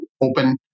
open